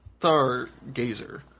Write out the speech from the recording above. Stargazer